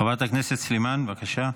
חברת הכנסת סלימאן, בבקשה.